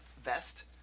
vest